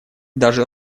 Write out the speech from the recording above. даже